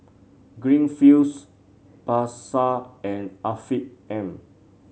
Greenfields Pasar and Afiq M